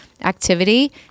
activity